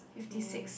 k